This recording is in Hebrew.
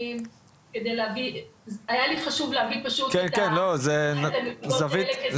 היה לי חושב להביא פשוט את הנקודות האלה.